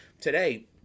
today